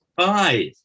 Five